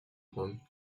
rome